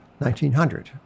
1900